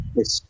yes